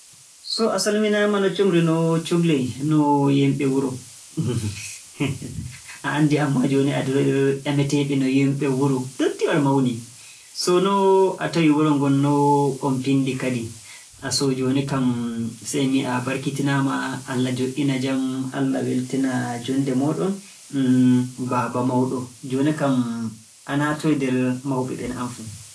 So a salminaama no comri no cukle, no yimɓe wuro. a anndi aan maa jooni a nder ƴameteeɓe no yimɓe wuro, ndottiyal mawnii! So no a tawai wuro ngon, no on pinndi kadi. So jooni kam sey mi wi'a, a barkitinaama, Allahjooɗɗina jam, Allah weltina jooɗnde mooɗon. Hmn, Baaba Mawɗo. Jooni kam a naatoyii nder mawɓe ɓen aan fuu.